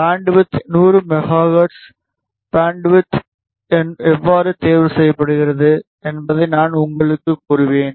bandwidth 100 megahertz bandwidth எவ்வாறு தேர்வு செய்யப்படுகிறது என்பதை நான் உங்களுக்கு கூறுவேன்